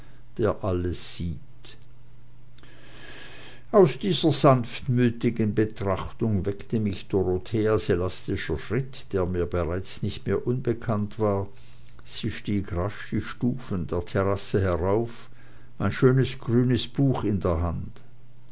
der alles sieht aus dieser sanftmütigen betrachtung weckte mich dorotheas elastischer schritt der mir bereits nicht mehr unbekannt war sie stieg rasch die stufen der terrasse herauf mein schönes grünes buch in der hand